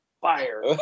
Fire